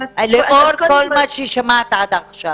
לאור כל מה ששמעת עד כה?